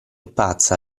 pazza